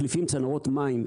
מחליפים צנרות מים,